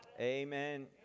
Amen